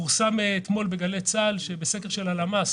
פורסם אתמול בגלי צה"ל שבסקר של הלמ"ס